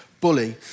bully